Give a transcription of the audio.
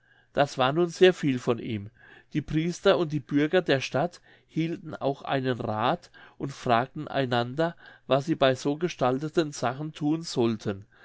das war nun sehr viel von ihm die priester und die bürger der stadt hielten auch einen rath und fragten einander was sie bei so gestalteten sachen thun sollten